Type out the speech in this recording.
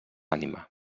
ànima